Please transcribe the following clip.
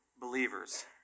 believers